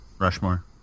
Rushmore